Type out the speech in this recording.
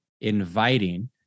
inviting